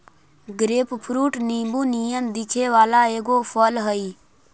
grapefruit नींबू नियन दिखे वला एगो फल हई